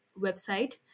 website